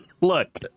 Look